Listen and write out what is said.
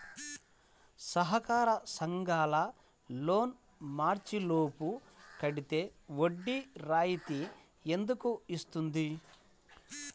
సహకార సంఘాల loan March లోపు కట్టితే వడ్డీ రాయితీ ఎందుకు ఇస్తుంది?